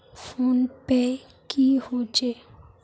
Phone पै की होचे?